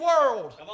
world